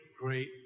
great